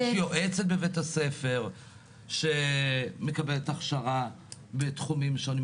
יש יועצת בבית הספר שמקבלת הכשרה בתחומים שונים.